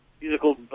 musical